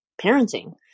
parenting